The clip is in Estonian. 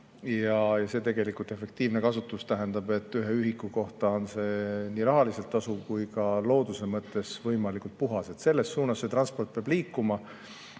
See efektiivne kasutus tähendab, et ühe ühiku kohta on see nii rahaliselt tasuv kui ka looduse mõttes võimalikult puhas. Selles suunas peab transport liikuma.